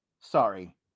Sorry